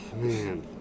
man